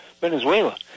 Venezuela